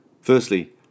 Firstly